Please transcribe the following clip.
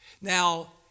Now